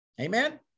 Amen